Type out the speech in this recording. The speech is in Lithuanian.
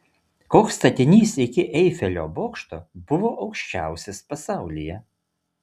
koks statinys iki eifelio bokšto buvo aukščiausias pasaulyje